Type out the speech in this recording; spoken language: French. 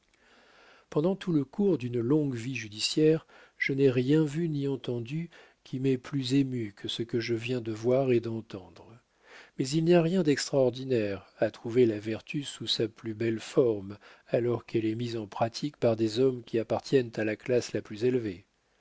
pendant tout le cours d'une longue vie judiciaire je n'ai rien vu ni entendu qui m'ait plus ému que ce que je viens de voir et d'entendre mais il n'y a rien d'extraordinaire à trouver la vertu sous sa plus belle forme alors qu'elle est mise en pratique par des hommes qui appartiennent à la classe la plus élevée